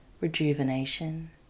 rejuvenation